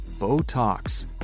Botox